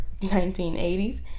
1980s